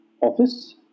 office